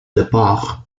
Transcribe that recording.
départ